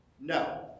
no